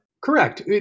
Correct